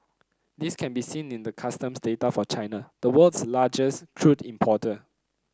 this can be seen in the customs data for China the world's largest crude importer